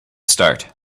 start